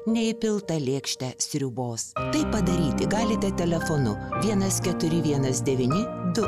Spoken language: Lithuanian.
neįpiltą lėkštę sriubos tai padaryti galite telefonu vienas keturi vienas devyni du